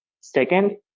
second